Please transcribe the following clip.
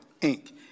Inc